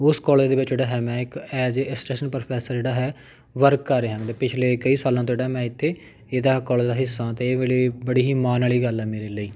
ਉਸ ਕੋਲੇਜ ਦੇ ਵਿੱਚ ਜਿਹੜਾ ਹੈ ਮੈਂ ਇੱਕ ਐਜ ਏ ਅਸਿਸਟੈਂਟ ਪ੍ਰੋਫੈਸਰ ਜਿਹੜਾ ਹੈ ਵਰਕ ਕਰ ਰਿਹਾ ਮਤਲਬ ਪਿਛਲੇ ਕਈ ਸਾਲਾਂ ਤੋਂ ਜਿਹੜਾ ਮੈਂ ਇੱਥੇ ਇਹਦਾ ਕੋਲੇਜ ਦਾ ਹਿੱਸਾ ਹਾਂ ਅਤੇ ਇਹ ਵੇਲੇ ਬੜੀ ਹੀ ਮਾਣ ਵਾਲੀ ਗੱਲ ਹੈ ਮੇਰੇ ਲਈ